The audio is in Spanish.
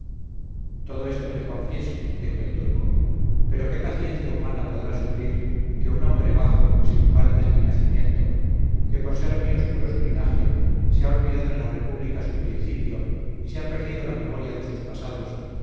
todo esto te confieso dijo el turco pero qué paciencia humana podrá sufrir que un hombre bajo sin partes ni nacimiento que por ser muy obscuro su linaje se ha olvidado en la república su principio y se ha perdido la memoria de sus pasados